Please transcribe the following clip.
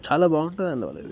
చాలా బాగుంటుంది అండి వాళ్ళవి